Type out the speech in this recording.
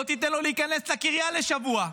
לא תיתן לו להיכנס לקריה לשבוע,